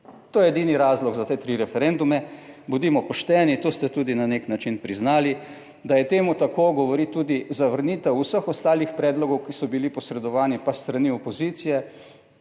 To je edini razlog za te tri referendume, bodimo pošteni, to ste tudi na nek način priznali, da je temu tako, govori tudi zavrnitev vseh ostalih predlogov, ki so bili posredovani pa s strani opozicije